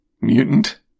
mutant